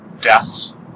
deaths